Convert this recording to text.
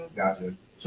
gotcha